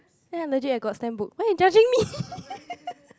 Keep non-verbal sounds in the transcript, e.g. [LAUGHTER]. ya legit I got stamp book why you judging me [LAUGHS]